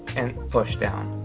and push down.